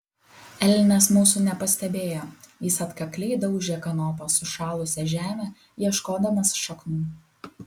elnias mūsų nepastebėjo jis atkakliai daužė kanopa sušalusią žemę ieškodamas šaknų